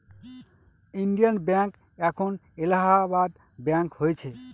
Indian bank এখন Allahabad bank হয়েছে